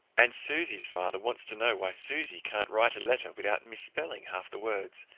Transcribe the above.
and susy's father wants to know why susy can't write a letter without misspelling half the words,